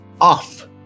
off